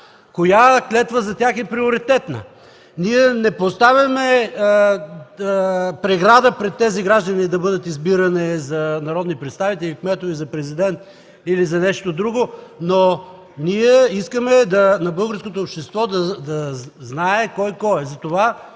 Коя клетва за тях е приоритетна?! Ние не поставяме преграда пред тези граждани да бъдат избирани за народни представители, за кметове, за президент или за нещо друго, но искаме българското общество да знае кой кой е.